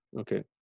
Okay